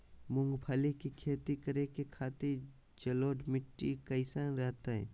मूंगफली के खेती करें के खातिर जलोढ़ मिट्टी कईसन रहतय?